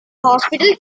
hospital